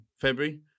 February